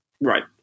Right